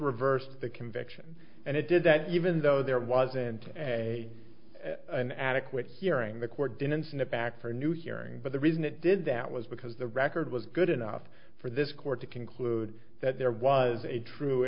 reversed the conviction and it did that even though there wasn't a an adequate hearing the court didn't snip back for a new hearing but the reason it did that was because the record was good enough for this court to conclude that there was a true